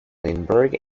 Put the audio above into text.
lindberg